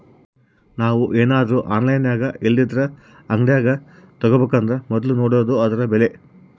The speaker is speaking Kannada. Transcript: ನಾವು ಏನರ ಆನ್ಲೈನಿನಾಗಇಲ್ಲಂದ್ರ ಅಂಗಡ್ಯಾಗ ತಾಬಕಂದರ ಮೊದ್ಲು ನೋಡಾದು ಅದುರ ಬೆಲೆ